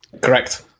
Correct